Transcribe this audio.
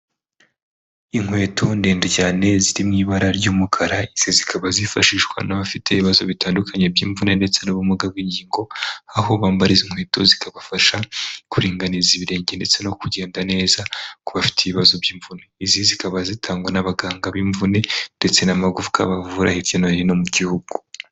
Inkweto ndende cyane ziri mu ibara ry'umukara, ndetse zikaba zifashishwa n'abafite ibibazo bitandukanye by'imvune ndetse n'ubumuga bw'ingingo. Aho bambara izi nkweto zikabafasha kuringaniza ibirenge, ndetse no kugenda neza ku bafite ibibazo by'imvune. Izi zikaba zitangwa n'abaganga b'imvune ndetse n'amagufwa bavura hirya no hino mu gihugu.